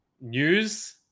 news